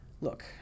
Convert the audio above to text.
Look